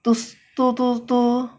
to to to to